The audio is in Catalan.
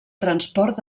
transport